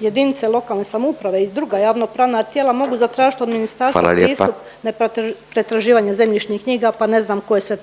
jedinice lokalne samouprave i druga javnopravna tijela mogu zatražiti od ministarstva … .../Upadica: Hvala lijepa./... pristup na pretraživanje zemljišnih knjiga, pa ne znam koje sve